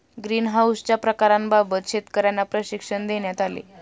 ग्रीनहाउसच्या प्रकारांबाबत शेतकर्यांना प्रशिक्षण देण्यात आले